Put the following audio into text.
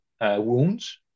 wounds